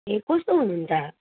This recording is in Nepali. ए कस्तो हुनुहुन्छ